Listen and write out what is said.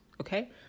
okay